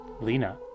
lena